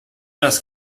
das